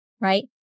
right